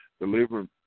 delivering